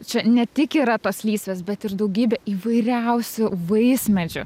čia ne tik yra tos lysvės bet ir daugybė įvairiausių vaismedžių